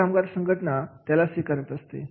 सगळी कामगार संघटना त्याला स्वीकारत असते